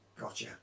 gotcha